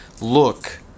look